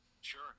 sure